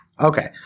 Okay